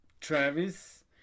Travis